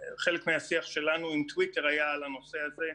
חלק מהשיח שלנו עם טוויטר היה על הנושא הזה.